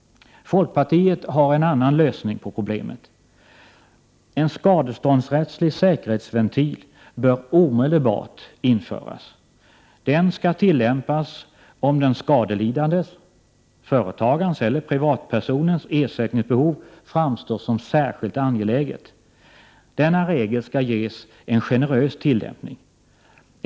Folkpartiet har en annan lösning på problemet. En skadeståndsrättslig säkerhetsventil bör omedelbart införas. Den skall tillämpas om den skadelidandes, företagarens eller privatpersonens ersättningsbehov framstår som särskilt angeläget. Denna regel skall ges en generös tillämpning.